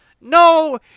No